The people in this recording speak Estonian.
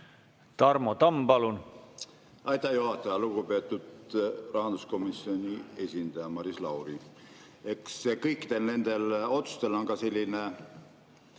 Tarmo Tamm, palun! Aitäh, juhataja! Lugupeetud rahanduskomisjoni esindaja Maris Lauri! Eks kõikidel nendel otsustel on ka selline